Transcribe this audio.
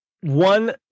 One